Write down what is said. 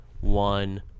one